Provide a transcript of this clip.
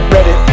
Ready